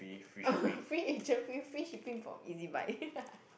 free agent fee free shipping from Easybuy